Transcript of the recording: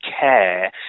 care